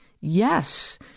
Yes